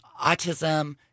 autism